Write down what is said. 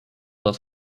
dat